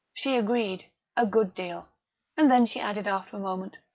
she agreed a good deal and then she added after a moment,